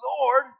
Lord